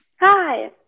Hi